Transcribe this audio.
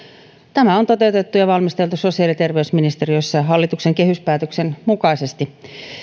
tämä on toteutettu ja valmisteltu sosiaali ja terveysministeriössä hallituksen kehyspäätöksen mukaisesti